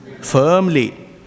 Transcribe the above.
firmly